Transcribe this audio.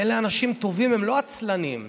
אלה אנשים טובים, הם לא עצלנים.